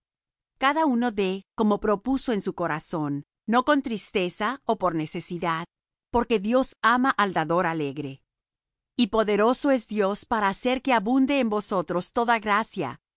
cada uno dé como propuso en su corazón no con tristeza ó por necesidad porque dios ama el dador alegre y poderoso es dios para hacer que abunde en vosotros toda gracia